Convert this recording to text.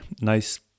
nice